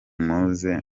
muze